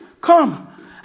Come